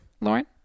Lauren